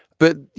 but, you